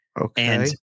Okay